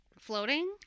floating